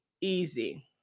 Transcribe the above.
easy